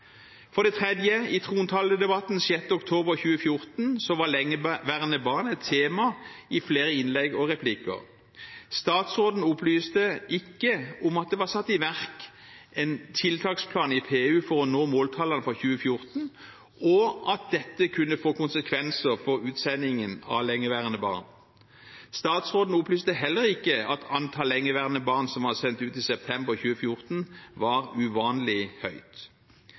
For det tredje: I trontaledebatten 6. oktober 2014 var lengeværende barn et tema i flere innlegg og replikker. Statsråden opplyste ikke om at det var satt i verk en tiltaksplan i PU for å nå måltallene for 2014, og at dette kunne få konsekvenser for utsendingen av lengeværende barn. Statsråden opplyste heller ikke at antallet lengeværende barn som var sendt ut i september 2014, var uvanlig høyt.